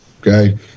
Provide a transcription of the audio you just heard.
Okay